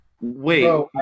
wait